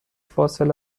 فاصله